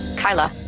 keila?